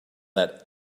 that